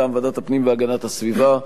ומטעם ועדת הפנים והגנת הסביבה,